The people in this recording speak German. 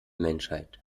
menschheit